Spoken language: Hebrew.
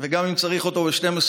וגם אם צריך אותו ב-24:00,